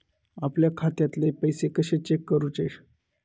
आपल्या खात्यातले पैसे कशे चेक करुचे?